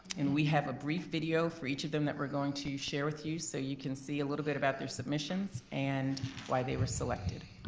and we have a brief video for each of them that we're going to share with you so you can see a little bit about their submissions and why they were selected.